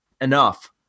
enough